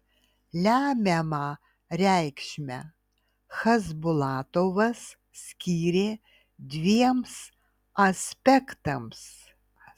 lemiamą reikšmę chasbulatovas skyrė dviems aspektams